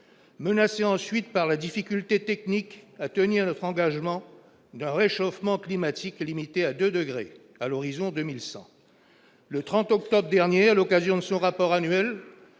menace ensuite par la difficulté technique à tenir le franc engagement d'un réchauffement climatique limiter à 2 degrés à l'horizon 2100 le 30 octobre dernier à l'occasion de son rapport annuel